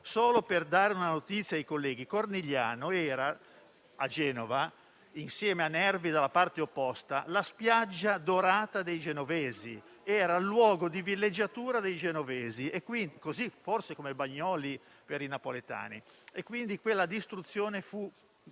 Solo per dare una notizia ai colleghi, Cornigliano era a Genova, insieme a Nervi dalla parte opposta, la spiaggia dorata dei genovesi, era il luogo di villeggiatura dei genovesi, forse come Bagnoli per i napoletani; pertanto quella distruzione fu